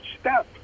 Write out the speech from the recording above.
step